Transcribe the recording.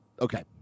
okay